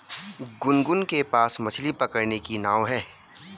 गुनगुन के पास मछ्ली पकड़ने की नाव है